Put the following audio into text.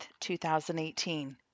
2018